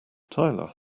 tyler